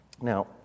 Now